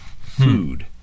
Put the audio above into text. Food